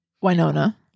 winona